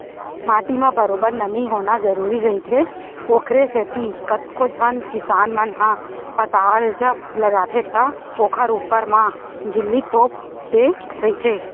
माटी म बरोबर नमी होना जरुरी रहिथे, ओखरे सेती कतको झन किसान मन ह पताल जब लगाथे त ओखर ऊपर म झिल्ली तोप देय रहिथे